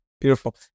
Beautiful